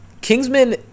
Kingsman